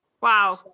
Wow